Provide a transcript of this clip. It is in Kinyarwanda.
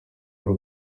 hari